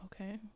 Okay